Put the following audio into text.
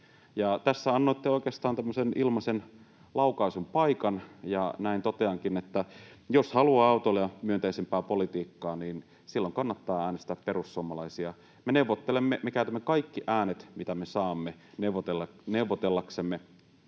Tässä annoitte oikeastaan tämmöisen ilmaisen laukaisun paikan, ja näin toteankin, että jos haluaa autoilijamyönteisempää politiikkaa, niin silloin kannattaa äänestää perussuomalaisia. Me käytämme kaikki äänet, mitä me saamme, neuvotellaksemme